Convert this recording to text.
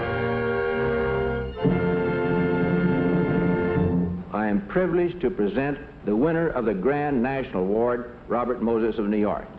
i am privileged to present the winner of the grand national award robert moses of new york